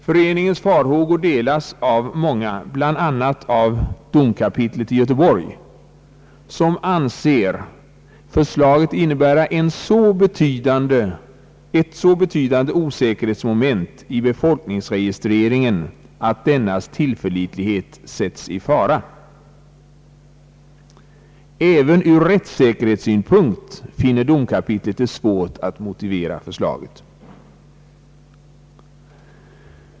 Föreningens farhågor delas av många, bl.a. av domkapitlet i Göteborg, som anser förslaget innebära ett så betydande osäkerhetsmoment i befolkningsregistreringen att dennas tillförlitlighet sätts i fara. Även ur rättssäkerhetssynpunkt finner domkapitlet det svårt att motivera förslaget.